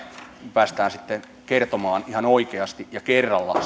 päästään sitten kertomaan ihan oikeasti ja kerralla